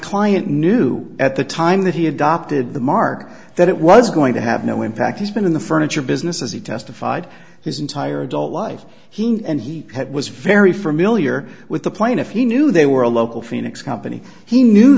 client knew at the time that he adopted the mark that it was going to have no impact he's been in the furniture business as he testified his entire adult life he and he had was very familiar with the plaintiff he knew they were a local phoenix company he knew